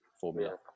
formula